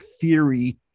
theory